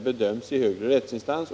bedöms i högre rättsinstans.